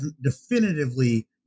definitively